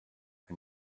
and